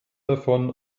davon